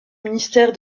ministère